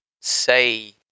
say